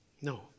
No